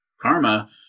Karma